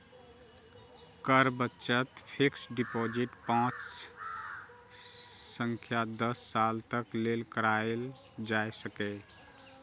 कर बचत fixed deposit पांच सं दस साल तक लेल कराएल जा सकैए